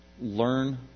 learn